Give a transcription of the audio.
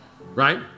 right